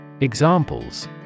Examples